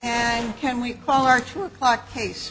and can we call our two o'clock case